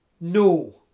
no